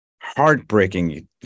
heartbreaking